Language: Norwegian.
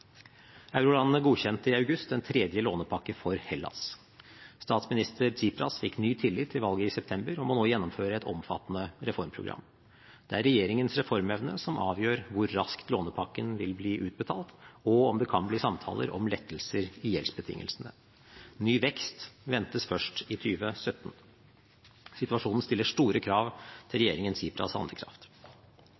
Eurolandene godkjente i august en tredje lånepakke for Hellas. Statsminister Tsipras fikk ny tillit i valget i september og må nå gjennomføre et omfattende reformprogram. Det er regjeringens reformevne som avgjør hvor raskt lånepakken vil bli utbetalt, og om det kan bli samtaler om lettelser i gjeldsbetingelsene. Ny vekst ventes først i 2017. Situasjonen stiller store krav til regjeringen Tsipras' handlekraft.